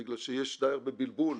בגלל שיש די הרבה בלבול,